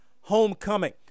Homecoming